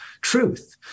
truth